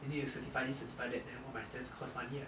you need to certify this certify that then all my stamps cost money lah